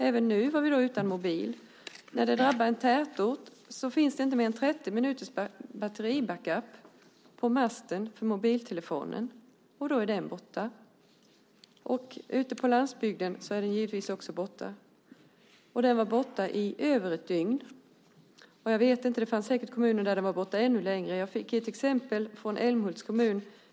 Även nu var vi utan mobil. När det drabbar en tätort finns det inte mer än 30 minuters batteribackup på masten för mobiltelefonen. Sedan är den borta. Ute på landsbygden är den givetvis också borta. Och den var borta i över ett dygn. Det fanns säkert kommuner där den var borta ännu längre. Jag fick ett exempel från Älmhults kommun.